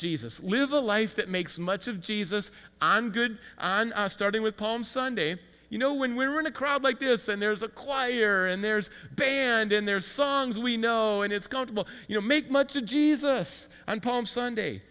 jesus live a life that makes much of jesus on good starting with palm sunday you know when we're in a crowd like this and there's a choir here and there's band in there songs we know and it's going to be you know make much of jesus on palm sunday